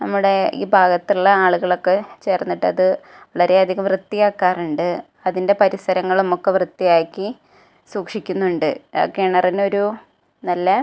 നമ്മുടെ ഈ ഭാഗത്തുള്ള ആളുകളൊക്കെ ചേർന്നിട്ട് അത് വളരെ അധികം വൃത്തിയാക്കാറുണ്ട് അതിൻ്റെ പരിസരങ്ങളും ഒക്കെ വൃത്തിയാക്കി സൂക്ഷിക്കുന്നുണ്ട് ആ കിണറിന് ഒരു നല്ല